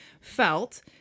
felt